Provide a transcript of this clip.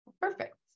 Perfect